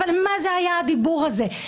מה זה היה הדיבור הזה?